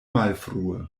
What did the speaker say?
malfrue